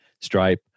Stripe